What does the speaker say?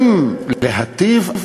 אם להטיב,